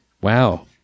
Wow